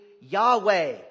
Yahweh